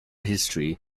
history